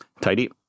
tidy